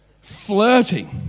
Flirting